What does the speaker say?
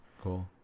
Cool